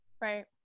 right